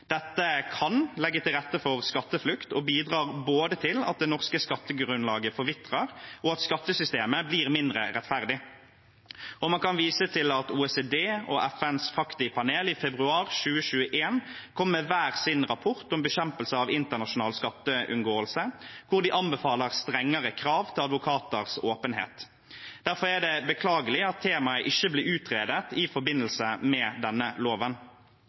Dette kan legge til rette for skatteflukt og bidrar både til at det norske skattegrunnlaget forvitrer, og til at skattesystemet blir mindre rettferdig. Man kan vise til at OECD og FNs FACTI-panel i februar 2021 kom med hver sin rapport om bekjempelse av internasjonal skatteunngåelse, hvor de anbefaler strengere krav til advokaters åpenhet. Derfor er det beklagelig at temaet ikke blir utredet i forbindelse med denne loven.